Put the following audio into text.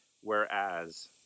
whereas